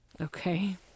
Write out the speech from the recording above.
Okay